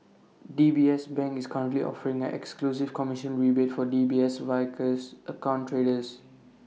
D B S bank is currently offering an exclusive commission rebate for D B S Vickers account traders